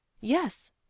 Yes